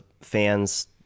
fans